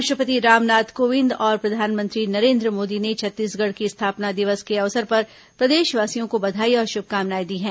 राष्ट्रपति रामनाथ कोविंद और प्रधानमंत्री नरेन्द्र मोदी ने छत्तीसगढ़ की स्थापना दिवस के अवसर पर प्रदेशवासियों को बधाई और शुभकामनाएं दी हैं